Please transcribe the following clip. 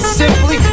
simply